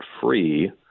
free